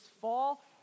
fall